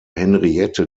henriette